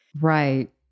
Right